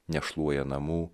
nešluoja namų